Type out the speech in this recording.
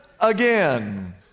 again